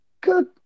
Good